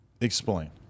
Explain